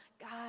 God